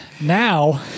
now